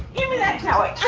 gimme that toy.